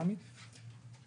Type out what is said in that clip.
חבר הכנסת שחאדה,